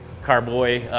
Carboy